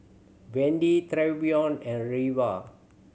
Wendy Trevion and Reva